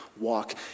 walk